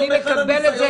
אני מקבל את זה.